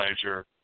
pleasure